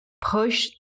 push